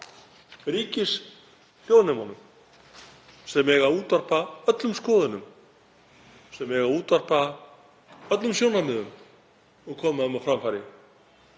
ríkishljóðnemunum sem eiga að útvarpa öllum skoðunum, sem eiga að útvarpa öllum sjónarmiðum og koma þeim á framfæri.